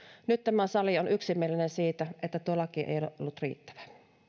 nyt tämä sali on yksimielinen siitä että tuo laki ei ole ollut riittävä